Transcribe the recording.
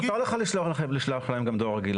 מותר לך לשלוח להם לפני כן גם דואר רגיל,